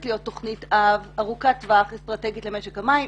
להיות תוכנית אב ארוכת טווח ואסטרטגית למשק המים,